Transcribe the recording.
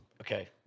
okay